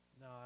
No